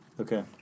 Okay